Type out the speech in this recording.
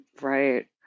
right